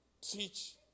teach